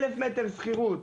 1,000 מטר שכירות